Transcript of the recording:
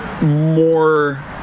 more